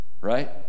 Right